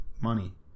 money